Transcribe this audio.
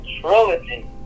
trilogy